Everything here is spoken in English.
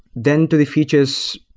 then to the features,